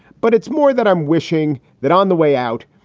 but it's more that i'm wishing that on the way out,